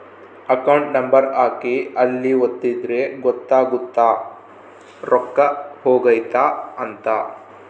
account number ಹಾಕಿ ಅಲ್ಲಿ ಒತ್ತಿದ್ರೆ ಗೊತ್ತಾಗುತ್ತ ರೊಕ್ಕ ಹೊಗೈತ ಅಂತ